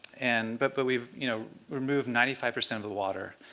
and but but we've you know removed ninety five percent of the water.